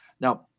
Now